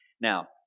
Now